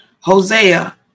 Hosea